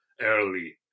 early